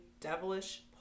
devilish